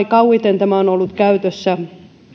kauimmin tämä on ollut käytössä